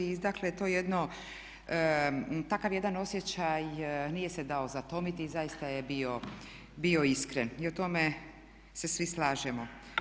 I dakle to jedno, takav jedan osjećaj nije se dao zatomiti i zaista je bio iskren i u tome se svi slažemo.